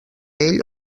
ell